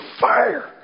fire